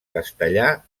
castellà